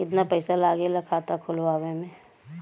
कितना पैसा लागेला खाता खोलवावे में?